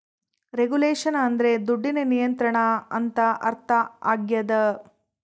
regulation ಅಂದ್ರೆ ದುಡ್ಡಿನ ನಿಯಂತ್ರಣ ಅಂತ ಅರ್ಥ ಆಗ್ಯದ